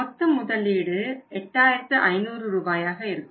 மொத்த முதலீடு 8500 ரூபாயாக இருக்கும்